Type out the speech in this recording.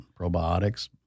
probiotics